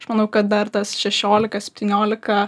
aš manau kad dar tas šešiolika septyniolika